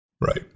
right